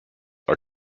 are